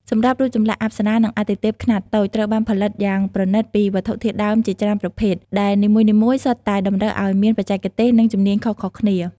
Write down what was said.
សម្រាប់ រូបចម្លាក់អប្សរា និងអាទិទេពខ្នាតតូច ត្រូវបានផលិតយ៉ាងប្រណិតពីវត្ថុធាតុដើមជាច្រើនប្រភេទ ដែលនីមួយៗសុទ្ធតែតម្រូវឱ្យមានបច្ចេកទេស និងជំនាញខុសៗគ្នា។